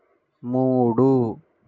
మూడు